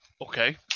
Okay